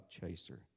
chaser